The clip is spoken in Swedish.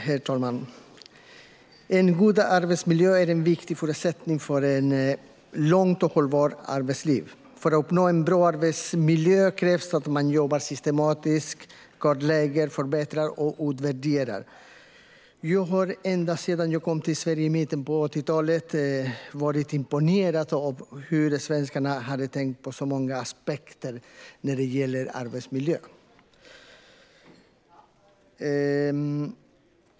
Herr talman! En god arbetsmiljö är en viktig förutsättning för ett långt och hållbart arbetsliv. För att uppnå en bra arbetsmiljö krävs att man jobbar systematiskt och kartlägger, förbättrar och utvärderar. Jag har ända sedan jag kom till Sverige i mitten på 80-talet varit imponerad av hur svenskarna hade tänkt på så många aspekter när det gäller arbetsmiljö.